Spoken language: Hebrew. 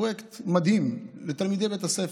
פרויקט מדהים לתלמידי בית הספר,